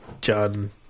John